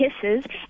kisses